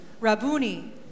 Rabuni